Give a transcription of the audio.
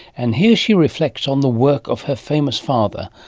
and here she reflects on the work of her famous father,